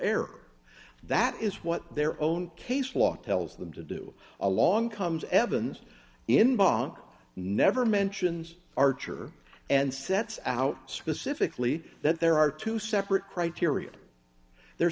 error that is what their own case law tells them to do along comes evans in bach never mentions archer and sets out specifically that there are two separate criteria there